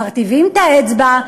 מרטיבים את האצבע,